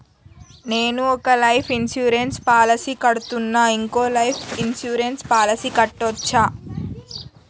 నేను ఒక life insurance policy కడ్తున్నా, ఇంకో లైఫ్ ఇన్సూరెన్స్ పాలసీ కట్టొచ్చా?